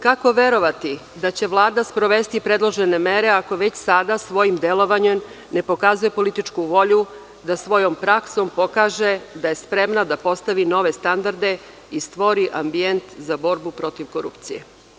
Kako verovati da će Vlada sprovesti predložene mere ako već sada svojim delovanjem ne pokazuje političku volju da svojom praksom pokaže da je spremna da pokaže da postati nove standarde i stvori ambijent za borbu protiv korupcije?